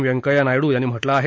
वेंकय्या नायङु यांनी म्हटलं आहे